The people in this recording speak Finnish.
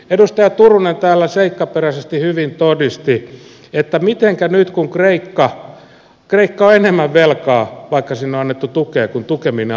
edustaja turunen täällä seikkaperäisesti hyvin todisti mitenkä on nyt kun kreikka on enemmän velkaa vaikka sinne on annettu tukea kuin silloin kun tukeminen aloitettiin